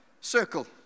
circle